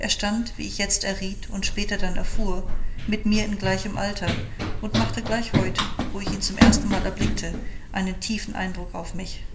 er stand wie ich jetzt erriet und später dann erfuhr mit mir in gleichem alter und machte gleich heut wo ich ihn zum erstenmal erblickte einen tiefen eindruck auf mich